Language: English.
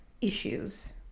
issues